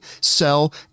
sell